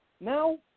now